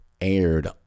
aired